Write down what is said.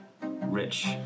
rich